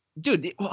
Dude